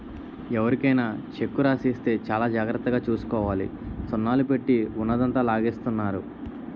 ఎవరికైనా చెక్కు రాసి ఇస్తే చాలా జాగ్రత్తగా చూసుకోవాలి సున్నాలు పెట్టి ఉన్నదంతా లాగేస్తున్నారు